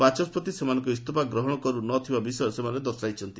ବାଚସ୍କତି ସେମାନଙ୍କ ଇସ୍ତଫା ଗ୍ରହଣ କରୁ ନ ଥିବା ବିଷୟ ଦର୍ଶାଇଛନ୍ତି